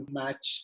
match